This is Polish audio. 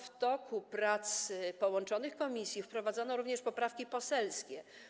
W toku prac połączonych komisji wprowadzono również poprawki poselskie.